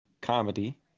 comedy